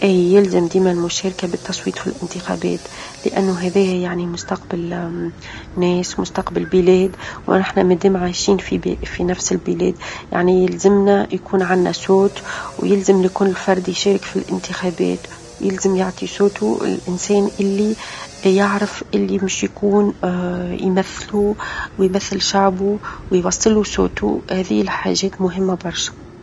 إي يلزم ديما المشاركة بالتصويت في الإنتخابات، لأنو هذايا يعني مستقبل ناس مستقبل بلاد، ونحنا مادام عايشين -في بلا- في نفس البلاد، يعني يلزمنا يكون عنا صوت، ويلزم لكل فرد يشارك في الإنتخابات، ويلزم يعطي صوتو، الإنسان اللي يعرف اللي مش يكون يمثلو، ويمثل شعبو، ويوصل له صوتو هذه الحاجات مهمة برشا.